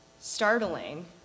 startling